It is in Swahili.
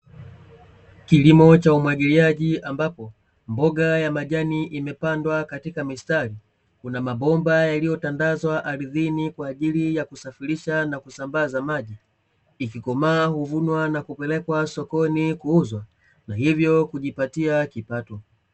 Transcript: Kilimo cha umwagiliaji ambapo mboga ya majani imepandwa katika mistari, Kuna mabomba yaliyo tandazwa ardhini kwaajili ya kusafirisha na kusambaza maji, Ikikomaa huvunwa na kupelekwa sokoni kuuzwa na hivyo kujipatia kipato.